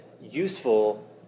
useful